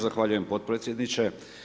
Zahvaljujem potpredsjedniče.